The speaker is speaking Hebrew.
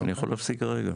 אני יכול להפסיק כרגע.